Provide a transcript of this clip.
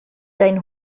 dein